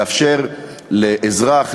לאפשר לאזרח,